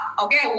okay